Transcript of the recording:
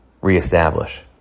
reestablish